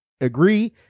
agree